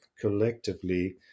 collectively